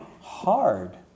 hard